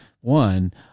one